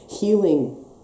healing